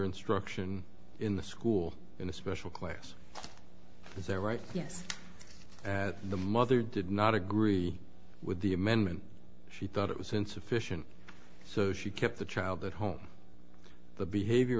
instruction in the school in a special class it's their right yes that the mother did not agree with the amendment she thought it was insufficient so she kept the child at home the behavior